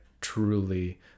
truly